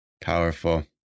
Powerful